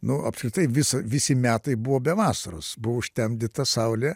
nu apskritai visa visi metai buvo be vasaros buvo užtemdyta saulė